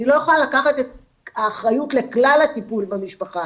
אני לא יכולה לקחת את האחריות לכלל הטיפול במשפחה,